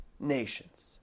nations